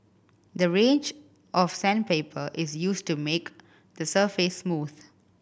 a range of sandpaper is used to make the surface smooth